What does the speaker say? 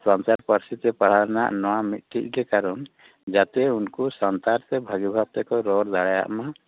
ᱥᱟᱱᱛᱟᱲ ᱯᱟᱹᱨᱥᱤ ᱨᱮᱱᱟᱜ ᱯᱟᱲᱦᱟᱣ ᱨᱮᱱᱟᱜ ᱱᱚᱣᱟ ᱢᱤᱫᱴᱮᱡ ᱜᱮ ᱠᱟᱨᱚᱱ ᱡᱟᱛᱮ ᱩᱱᱠᱩ ᱥᱟᱱᱛᱟᱲ ᱛᱮ ᱵᱷᱟᱜᱮ ᱵᱷᱟᱵᱽ ᱛᱮᱠᱚ ᱨᱚᱲ ᱫᱟᱲᱮᱭᱟᱜᱼᱢᱟ